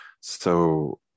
so-